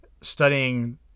studying